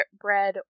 bread